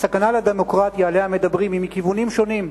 הסכנה לדמוקרטיה שעליה מדברים היא מכיוונים שונים,